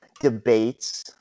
debates